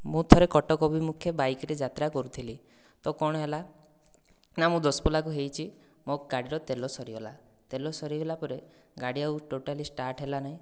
ମୁଁ ଥରେ କଟକ ଅଭିମୁଖେ ବାଇକରେ ଯାତ୍ରା କରୁଥିଲି ତ କଣ ହେଲା ନା ମୁଁ ଦଶପଲ୍ଲାକୁ ହୋଇଛି ମୋ' ଗାଡ଼ିର ତେଲ ସରିଗଲା ତେଲ ସରିଗଲା ପରେ ଗାଡ଼ି ଆଉ ଟୋଟାଲି ଷ୍ଟାର୍ଟ ହେଲାନାହିଁ